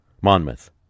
Monmouth